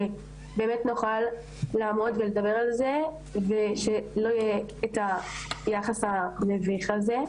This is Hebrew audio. שבאמת נוכל לעמוד ולדבר על זה ושלא יהיה את היחס המביך הזה.